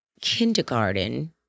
kindergarten